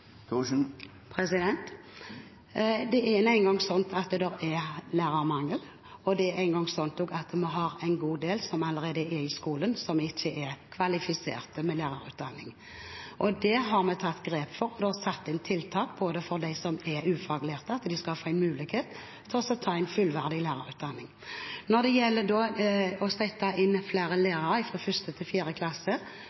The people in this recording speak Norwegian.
Det er nå en gang slik at det er lærermangel. Og det er nå en gang slik at det allerede er en god del som ikke er kvalifisert gjennom lærerutdanning, i skolen. Der har vi tatt grep og satt inn tiltak for de ufaglærte, slik at de skal få mulighet til å få en fullverdig lærerutdanning. Når det gjelder det å sette inn flere lærere fra 1. til 4. klasse,